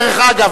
דרך אגב,